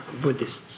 Buddhists